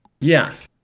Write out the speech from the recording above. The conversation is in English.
Yes